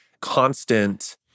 constant